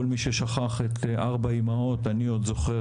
כל מי ששכח את ארבע אימהות אני עוד זוכר